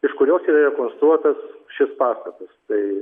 iš kurios yra rekonstruotas šis pastatas tai